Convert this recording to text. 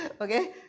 Okay